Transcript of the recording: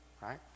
right